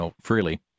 freely